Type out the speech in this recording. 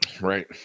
Right